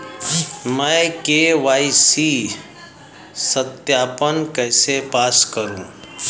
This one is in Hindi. मैं के.वाई.सी सत्यापन कैसे पास करूँ?